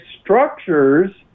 structures